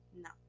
No